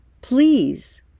Please